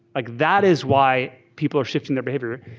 like that is why people are shifting their behavior.